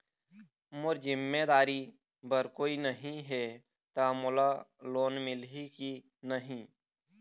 मोर जिम्मेदारी बर कोई नहीं हे त मोला लोन मिलही की नहीं?